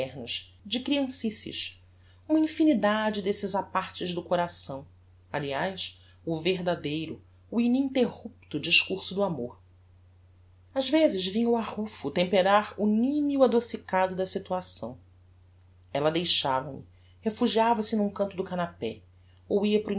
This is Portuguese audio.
ternos de criancices uma infinidade desses apartes do coração aliás o verdadeiro o ininterrupto discurso do amor ás vezes vinha o arrufo temperar o nimio adocicado da situação ella deixava-me refugiava-se n'um canto do canapé ou ia para